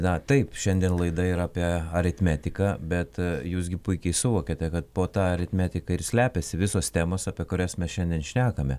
na taip šiandien laida yra apie aritmetiką bet jūs gi puikiai suvokiate kad po ta aritmetika ir slepiasi visos temos apie kurias mes šiandien šnekame